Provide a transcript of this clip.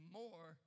more